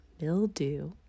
mildew